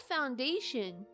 foundation